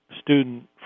student